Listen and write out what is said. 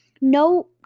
No